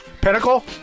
Pinnacle